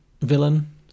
Villain